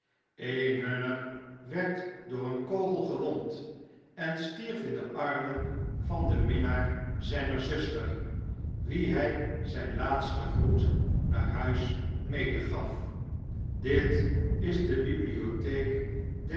een hunner werd door een kogel gewond en stierf in de armen van den minnaar zper zuster wien hij zijn laatsten groet naar huis medegaf dit is de bibliotheek